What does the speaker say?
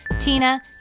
Tina